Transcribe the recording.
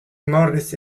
morris